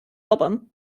album